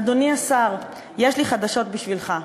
אדוני השר, יש לי חדשות בשבילך,